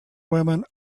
women